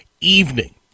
evening